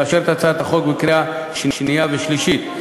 לאשר את הצעת החוק בקריאה השנייה ובקריאה השלישית.